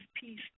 peace